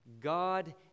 God